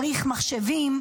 צריך מחשבים,